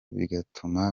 bigatuma